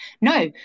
No